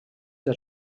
del